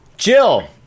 Jill